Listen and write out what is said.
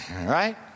right